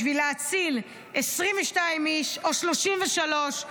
בשביל להציל 22 איש או 33,